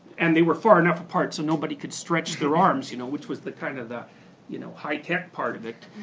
and they were far enough apart so nobody could stretch their arms, you know, which was kind of the you know high-tech part of it.